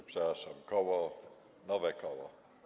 O, przepraszam, koło, nowe koło.